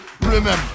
remember